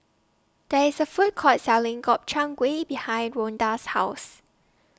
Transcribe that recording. There IS A Food Court Selling Gobchang Gui behind Rhoda's House